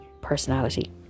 personality